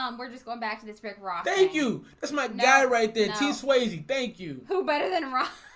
um we're just going back to this ridge rock. thank you that's my guy right there to swayze. thank you who better than rock?